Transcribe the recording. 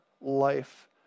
life